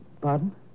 Pardon